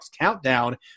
countdown